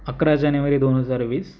अकरा जानेवारी दोन हजार वीस